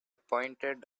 pointed